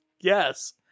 Yes